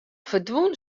ferdwûn